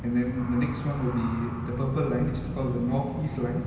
and then the next one will be the purple line which is called the north east line